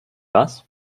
was